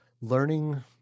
learning